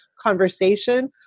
conversation